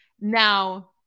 Now